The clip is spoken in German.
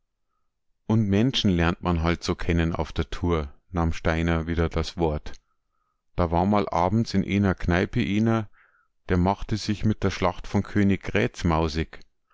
und menschen lernt man halt so kennen auf der tour nahm steiner wieder das wort da war mal abends in eener kneipe eener der machte sich mit der schlacht von koniggrätz mausig